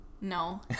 No